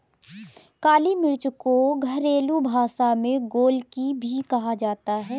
काली मिर्च को घरेलु भाषा में गोलकी भी कहा जाता है